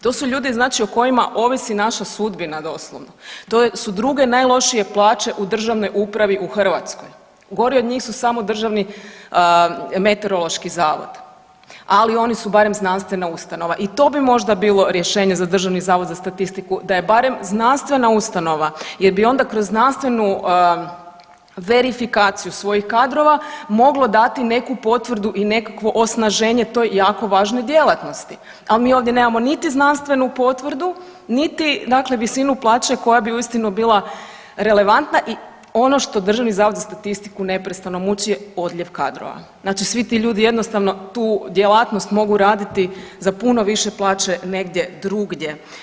To su ljudi znači o kojima ovisi naša sudbina doslovno, to su druge najlošije plaće u državnoj upravi u Hrvatskoj, gori od njih su samo Državni meteorološki zavod, ali oni su barem znanstvena ustanova i to bi možda bilo rješenje za Državni zavod za statistiku da je barem znanstvena ustanova jer bi onda kroz znanstvenu verifikaciju svojih kadrova moglo dati neku potvrdu i nekakvo osnaženje toj jako važnoj djelatnosti, a mi ovdje nemamo niti znanstvenu potvrdu, niti dakle visinu plaće koja bi uistinu bila relevantna i ono što Državni zavod za statistiku neprestano muči je odljev kadrova, znači svi ti ljudi jednostavno tu djelatnost mogu raditi za puno više plaće negdje drugdje.